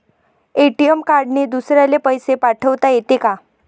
ATM कार्डने दुसऱ्याले पैसे पाठोता येते का?